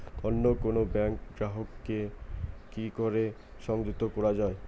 অন্য কোনো ব্যাংক গ্রাহক কে কি করে সংযুক্ত করা য়ায়?